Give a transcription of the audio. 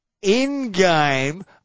in-game